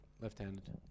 left-handed